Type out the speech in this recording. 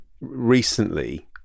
recently